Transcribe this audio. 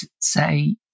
say